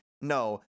No